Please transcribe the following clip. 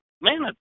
Man